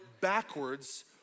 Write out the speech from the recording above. backwards